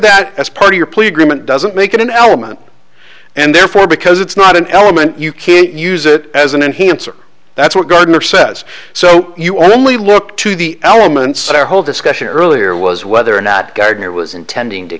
that as part of your plea agreement doesn't make it an element and therefore because it's not an element you can't use it as an int he answer that's what gardiner says so you only look to the elements of our whole discussion earlier was whether or not gardner was intending to